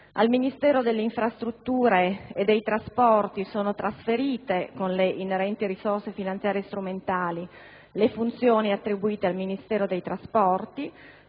Al Ministero delle infrastrutture e dei trasporti sono trasferite, con le inerenti risorse finanziarie e strumentali, le funzioni attribuite al Ministero dei trasporti.